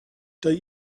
don’t